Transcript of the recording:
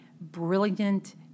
brilliant